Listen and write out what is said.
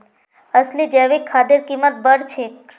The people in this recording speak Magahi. असली जैविक खादेर कीमत बढ़ छेक